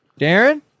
Darren